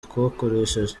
twakoresheje